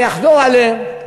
ואני אחזור עליהן,